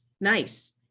nice